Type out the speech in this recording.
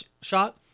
shot